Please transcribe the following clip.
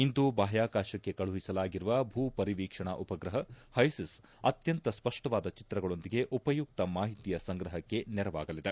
ಇಂದು ಬಾಹ್ಗಾಕಾಶಕ್ಕೆ ಕಳುಹಿಸಲಾಗಿರುವ ಭೂ ಪರಿವೀಕ್ಷಣಾ ಉಪಗ್ರಹ ಹೈಸಿಸ್ ಅತ್ಯಂತ ಸ್ಪಷ್ಟವಾದ ಚಿತ್ರಗಳೊಂದಿಗೆ ಉಪಯುಕ್ತ ಮಾಹಿತಿಯ ಸಂಗ್ರಹಕ್ಕೆ ನೆರವಾಗಲಿದೆ